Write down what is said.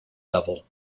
level